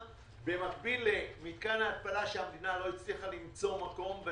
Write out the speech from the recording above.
במקביל למתקן ההתפלה שהמדינה לא הצליחה למצוא מקום.